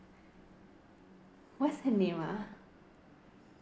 what's her name ah